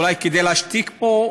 אולי כדי להשתיק פה,